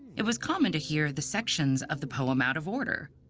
it was common to hear the sections of the poem out of order.